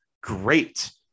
Great